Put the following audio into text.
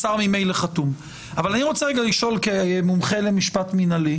וגם כנ"ל בנוגע לדין האזרחי וגם בדין הפלילי,